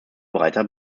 breiter